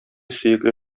сөекле